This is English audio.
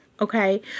okay